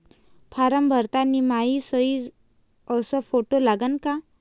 Form भरताना मायी सयी अस फोटो लागन का?